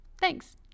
Thanks